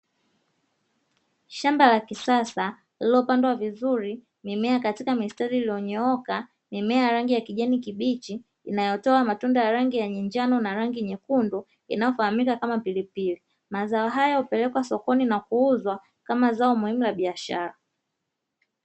Shamba la kisasa lililopandwa vizuri mimea katika mistari iloyonyooka, mimea ya rangi ya kijani kibichi inayotoa matunda ya rangi ya njano rangi nyekundu inayofahamika kama pilipili. Mazao haya hupelekwa sokoni na kuuzwa kama zao muhimu la biashara.